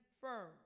firm